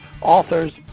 authors